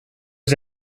was